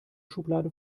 schublade